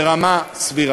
ברמה סבירה.